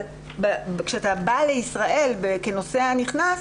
כשאתה בא לישראל כנוסע נכנס,